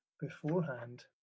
beforehand